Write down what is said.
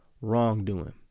wrongdoing